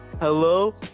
Hello